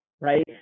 right